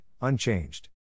unchanged